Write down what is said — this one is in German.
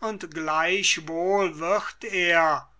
und gleichwohl wird er